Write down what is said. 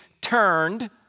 turned